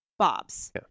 bobs